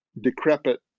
decrepit